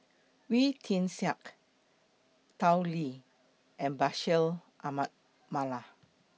Wee Tian Siak Tao Li and Bashir Ahmad Mallal